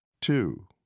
Two